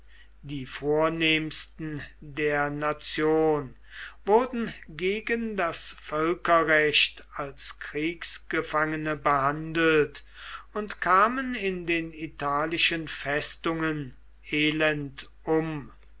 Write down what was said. die vornehmsten der nation wurden gegen das völkerrecht als kriegsgefangene behandelt und kamen in den italischen festungen elend um